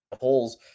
holes